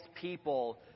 people